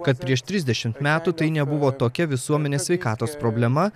kad prieš trisdešim metų tai nebuvo tokia visuomenės sveikatos problema